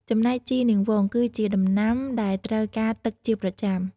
ចំណែកជីរនាងវង គឺជាដំណាំដែលត្រូវការទឹកជាប្រចាំ។